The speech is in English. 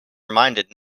reminded